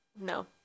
no